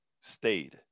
stayed